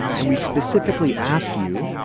and we specifically ask you,